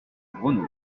braunau